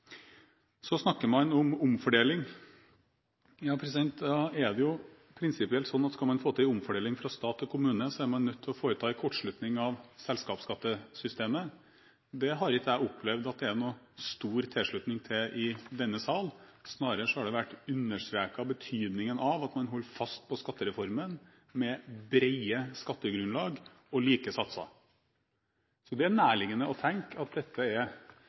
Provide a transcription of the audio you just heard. Så snakker man om omfordeling. Prinsipielt er det jo slik at skal man få til en omfordeling fra stat til kommune, er man nødt til å foreta en kortslutning av selskapsskattesystemet, og jeg har ikke opplevd at det er noen stor tilslutning til det i denne sal. Det har snarere vært understreket betydningen av å holde fast på skattereformen, med brede skattegrunnlag og like satser. Så det er nærliggende å tenke at dette er